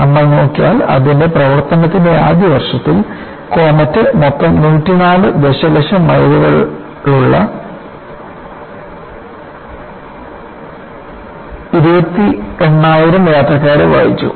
നമ്മൾ നോക്കിയാൽ അതിന്റെ പ്രവർത്തനത്തിന്റെ ആദ്യ വർഷത്തിൽ കോമറ്റ് മൊത്തം 104 ദശലക്ഷം മൈലുകൾ 28000 യാത്രക്കാരെ വഹിച്ചു